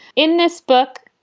in this book,